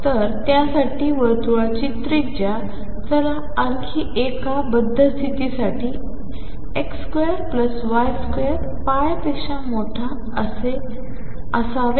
तर त्यासाठी वर्तुळाची त्रिज्या चला आणखी एका बद्ध स्थिती साठीX2Y2 2 पेक्षा मोठे असावे